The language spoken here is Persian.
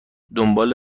دنبال